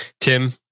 Tim